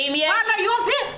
וואלה יופי,